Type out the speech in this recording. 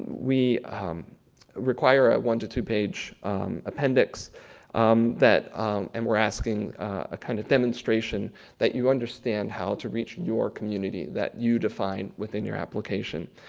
we require a one to two-page appendix um that and we're asking a kind of demonstration that you understand how to reach your community that you define within your application.